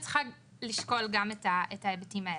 היא צריכה לשקול גם את ההיבטים האלה.